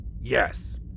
Yes